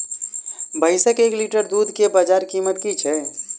भैंसक एक लीटर दुध केँ बजार कीमत की छै?